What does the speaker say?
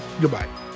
goodbye